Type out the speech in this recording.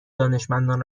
دانشمندان